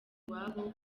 iwabo